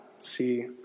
see